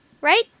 right